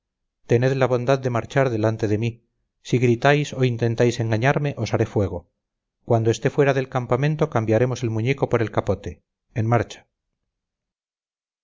tened la bondad de marchar delante de mí si gritáis o intentáis engañarme os haré fuego cuando esté fuera del campamento cambiaremos el muñeco por el capote en marcha